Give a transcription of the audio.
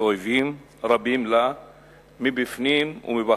ואויבים רבים לה מבפנים ומבחוץ,